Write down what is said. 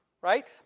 Right